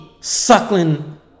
suckling